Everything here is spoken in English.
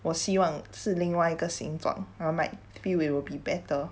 我希望是另外一个形状 I might feel it will be better